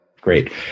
Great